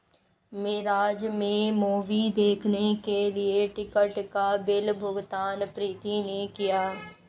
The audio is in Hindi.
मिराज में मूवी देखने के लिए टिकट का बिल भुगतान प्रीति ने किया